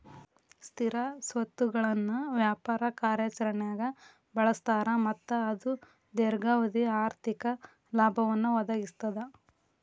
ಸ್ಥಿರ ಸ್ವತ್ತುಗಳನ್ನ ವ್ಯಾಪಾರ ಕಾರ್ಯಾಚರಣ್ಯಾಗ್ ಬಳಸ್ತಾರ ಮತ್ತ ಅದು ದೇರ್ಘಾವಧಿ ಆರ್ಥಿಕ ಲಾಭವನ್ನ ಒದಗಿಸ್ತದ